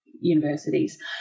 universities